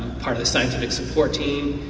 part of the scientific support team,